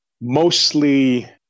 mostly